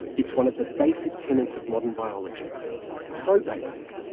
it's one of the basic tenants of modern biology so basic,